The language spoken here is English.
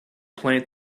plant